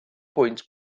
pwynt